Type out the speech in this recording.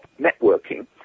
networking